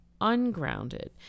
ungrounded